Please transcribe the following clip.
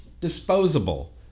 disposable